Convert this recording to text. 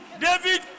David